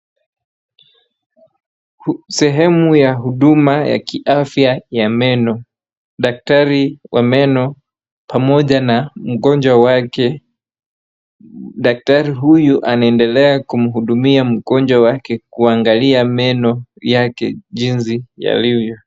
Sehemu ya huduma ya kiafya ya meno. Daktari wa meno pamoja na mgonjwa wake. Daktari huyu anaendelea kumhudumia mgonjwa wake kuangalia meno yake jinsi yalivyo.